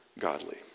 godly